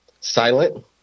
silent